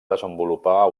desenvolupar